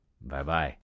Bye-bye